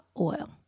oil